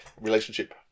relationship